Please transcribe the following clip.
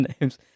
names